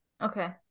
Okay